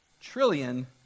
trillion